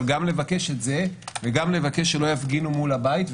אבל גם לבקש את זה וגם לבקש שלא יפגינו מול הבית,